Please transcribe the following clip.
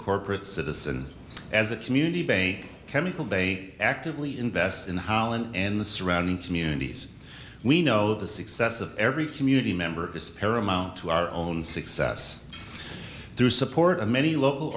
corporate citizen as a community bank chemical they actively invest in the holland and the surrounding communities we know the success of every community member is paramount to our own success through support of many local